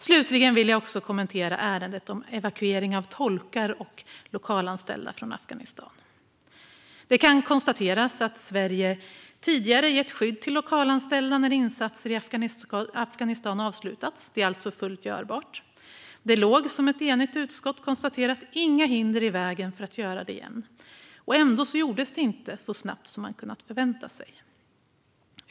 Slutligen vill jag också kommentera ärendet om evakuering av tolkar och lokalanställda från Afghanistan. Det kan konstateras att Sverige tidigare gett skydd till lokalanställda när insatser i Afghanistan avslutats. Det är alltså fullt görbart, och som ett enigt utskott konstaterat låg det inga hinder i vägen för att göra det igen. Ändå gjordes det inte så snabbt som man hade kunnat förvänta sig.